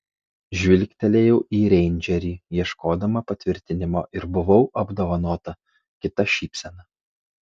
žvilgtelėjau į reindžerį ieškodama patvirtinimo ir buvau apdovanota kita šypsena